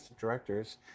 directors